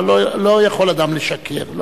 אבל לא יכול אדם לשקר.